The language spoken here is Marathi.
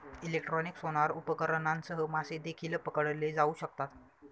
इलेक्ट्रॉनिक सोनार उपकरणांसह मासे देखील पकडले जाऊ शकतात